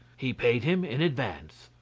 he paid him in advance.